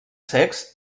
secs